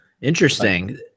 Interesting